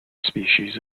species